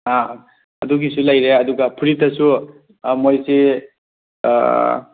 ꯑꯥ ꯑꯗꯨꯒꯤꯁꯨ ꯂꯩꯔꯦ ꯑꯗꯨꯒ ꯐꯨꯔꯤꯠꯇꯁꯨ ꯃꯣꯏꯁꯤ